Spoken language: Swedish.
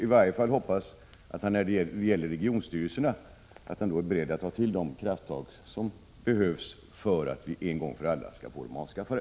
I varje fall hoppas jag att han när det gäller regionstyrelserna är beredd att ta till de krafttag som behövs för att vi en gång för alla skall få dem avskaffade.